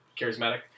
charismatic